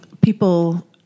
people